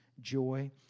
joy